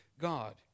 God